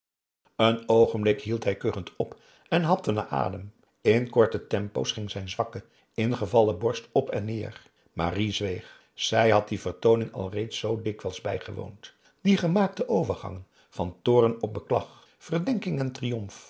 een oogenblik hield hij kuchende op en hapte naar adem in korte tempo's ging zijn zwakke ingevallen borst op en neer marie zweeg zij had die vertooning al reeds zoo dikwijls bijgewoond die gemaakte overgangen van toorn op beklag verdenking en triomf